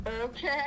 Okay